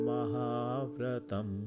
Mahavratam